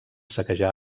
saquejar